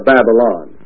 Babylon